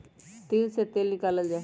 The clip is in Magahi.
तिल से तेल निकाल्ल जाहई